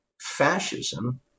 fascism